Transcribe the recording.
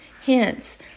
Hence